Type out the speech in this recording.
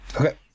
Okay